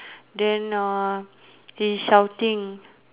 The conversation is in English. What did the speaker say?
then uh he shouting